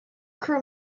crew